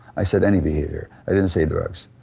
i said any behaviour, i didn't say drugs,